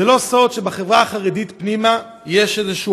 זה לא סוד שבחברה החרדית פנימה יש איזשהו